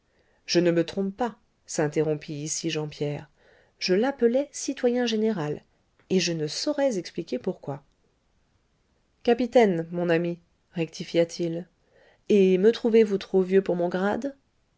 je ne me trompe pas s'interrompit ici jean pierre je l'appelai citoyen général et je ne saurais expliquer pourquoi capitaine mon ami rectifia t il et me trouvez-vous trop vieux pour mon grade